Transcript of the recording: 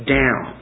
down